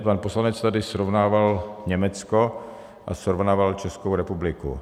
Pan poslanec tady srovnával Německo a srovnával Českou republiku.